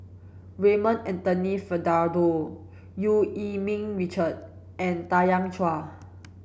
Raymond Anthony Fernando Eu Yee Ming Richard and Tanya Chua